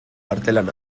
artelan